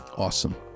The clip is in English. Awesome